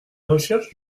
recherche